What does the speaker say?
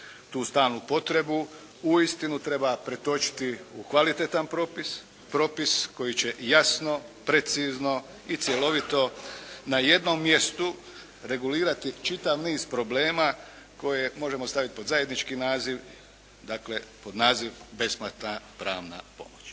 Tu stalnu potrebu uistinu treba pretočiti u kvalitetan propis koji će jasno, precizno i cjelovito na jednom mjestu regulirati i čitav niz problema koje možemo staviti pod zajednički naziv, dakle pod naziv besplatna pravna pomoć.